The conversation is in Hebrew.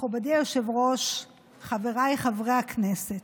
מכובדי היושב-ראש, חבריי חברי הכנסת,